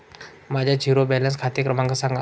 माझा zero balance खाते क्रमांक सांगा